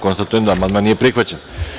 Konstatujem da amandman nije prihvaćen.